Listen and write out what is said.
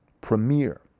premier